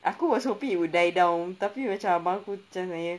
aku was hoping it will die down tapi macam abang aku macam tanya